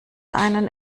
einen